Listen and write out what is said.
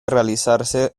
realizarse